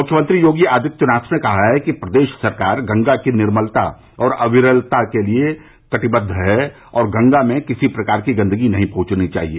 मुख्यमंत्री योगी आदित्यनाथ ने कहा है कि प्रदेष सरकार गंगा की निर्मलता और अविरलता के प्रति कटिबद्व है और गंगा में किसी भी प्रकार की गंदगी नहीं पहुंचनी चाहिए